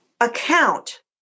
account